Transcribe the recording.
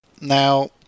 Now